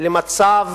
למצב